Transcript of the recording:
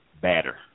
batter